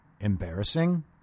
embarrassing